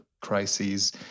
crises